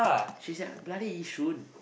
she's at bloody Yishun